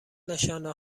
نشانه